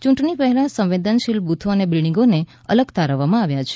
ચૂંટણી પહેલા સંવેદનશીલ બુથો અને બિલ્ડીગોને અલગ તારવામાં આવ્યા છે